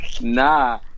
Nah